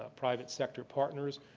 ah private sector partners,